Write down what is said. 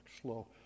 slow